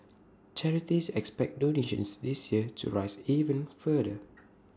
charities expect donations this year to rise even further